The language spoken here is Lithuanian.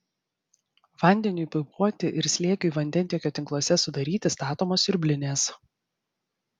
vandeniui pumpuoti ir slėgiui vandentiekio tinkluose sudaryti statomos siurblinės